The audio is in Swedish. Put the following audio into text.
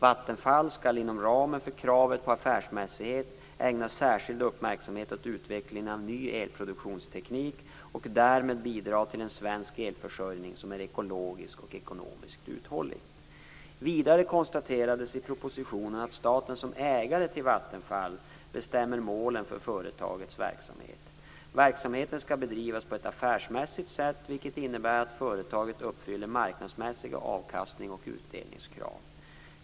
Vattenfall skall inom ramen för kraven på affärsmässighet ägna särskild uppmärksamhet åt utveckling av ny elproduktionsteknik och därmed bidra till en svensk elförsörjning som är ekologiskt och ekonomiskt uthållig. Vidare konstaterades i propositionen att staten som ägare till Vattenfall bestämmer målen för företagets verksamhet. Verksamheten skall bedrivas på ett affärsmässigt sätt, vilket innebär att företaget uppfyller marknadsmässiga avkastnings och utdelningskrav.